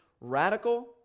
radical